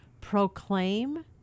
Proclaim